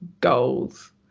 goals